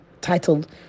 titled